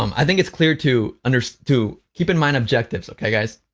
um i think it's clear to unders to keep in mind objectives, okay, guys?